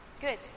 Good